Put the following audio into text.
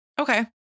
Okay